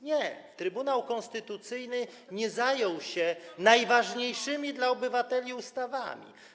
Nie, Trybunał Konstytucyjny nie zajął się najważniejszymi dla obywateli ustawami.